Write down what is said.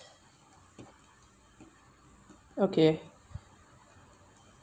okay